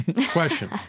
question